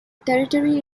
territory